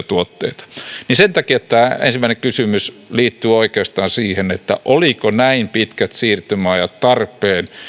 tuotteita sen takia tämä ensimmäinen kysymys liittyy oikeastaan siihen olivatko näin pitkät siirtymäajat tarpeen